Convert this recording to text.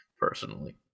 personally